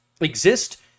exist